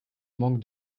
manque